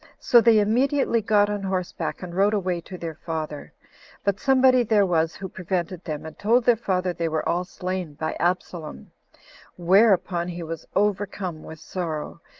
so they immediately got on horseback, and rode away to their father but somebody there was who prevented them, and told their father they were all slain by absalom whereupon he was overcome with sorrow,